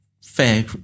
fair